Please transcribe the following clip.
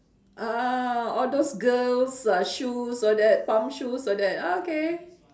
ah all those girls ah shoes all that tom shoes all that ah okay